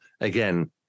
again